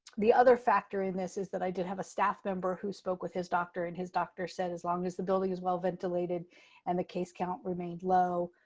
the other factor in this is that i did have a staff member who spoke with his doctor and his doctor said as long as the building is well ventilated and the case count remained low,